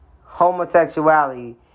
Homosexuality